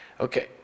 Okay